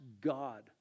god